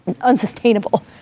unsustainable